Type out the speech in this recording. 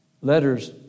Letters